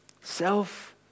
Self